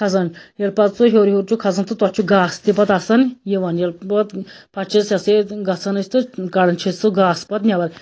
کھَسان ییٚلہِ پَتہٕ سُہ ہیوٚر ہیوٚر چھُ کھَسان تہٕ تتھ چھُ گاسہٕ تہِ پَتہٕ آسان یِوان ییٚلہِ پَتہٕ پَتہٕ چھِ أسۍ یہِ ہَسا یہِ گَژھان أسۍ تہٕ کَڑان چھِس سُہ گاسہٕ پَتہٕ نیٚبَر